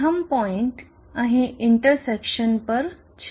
પ્રથમ પોઈન્ટ અહીં ઇન્ટરસેક્શન પર છે